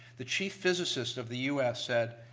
the chief physicist of the us said,